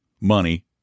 money